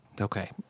Okay